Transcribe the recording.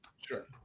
Sure